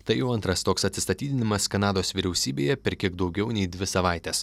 tai jau antras toks atsistatydinimas kanados vyriausybėje per kiek daugiau nei dvi savaites